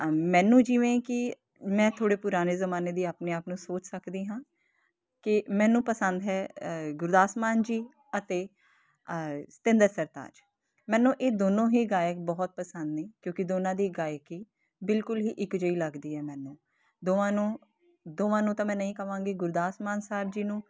ਮੈਨੂੰ ਜਿਵੇਂ ਕਿ ਮੈਂ ਥੋੜ੍ਹੇ ਪੁਰਾਣੇ ਜ਼ਮਾਨੇ ਦੀ ਆਪਣੇ ਆਪ ਨੂੰ ਸੋਚ ਸਕਦੀ ਹਾਂ ਕਿ ਮੈਨੂੰ ਪਸੰਦ ਹੈ ਗੁਰਦਾਸ ਮਾਨ ਜੀ ਅਤੇ ਸਤਿੰਦਰ ਸਰਤਾਜ ਮੈਨੂੰ ਇਹ ਦੋਨੋਂ ਹੀ ਗਾਇਕ ਬਹੁਤ ਪਸੰਦ ਨੇ ਕਿਉਂਕਿ ਦੋਨਾਂ ਦੀ ਗਾਇਕੀ ਬਿਲਕੁਲ ਹੀ ਇੱਕ ਜਿਹੀ ਲੱਗਦੀ ਹੈ ਮੈਨੂੰ ਦੋਵਾਂ ਨੂੰ ਦੋਵਾਂ ਨੂੰ ਤਾਂ ਮੈਂ ਨਹੀਂ ਕਵਾਂਗੀ ਗੁਰਦਾਸ ਮਾਨ ਸਾਹਿਬ ਜੀ ਨੂੰ